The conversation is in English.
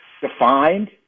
defined